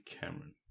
Cameron